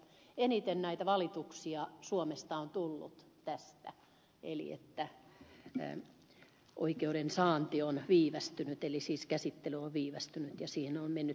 eniten valituksia suomesta on tullut siitä että oikeuden saanti on viivästynyt eli käsittely on viivästynyt ja siihen on mennyt pitkä aika